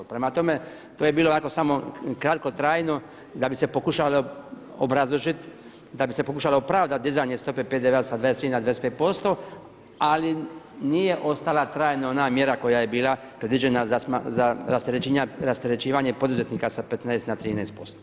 Prema tome, to je bilo ovako samo kratkotrajno da bi se pokušalo obrazložiti, da bi se pokušalo opravdat dizanje stope PDV-a sa 23 na 25% ali nije ostala trajno ona mjera koja je bila predviđena za rasterećivanje poduzetnika sa 15 na 13%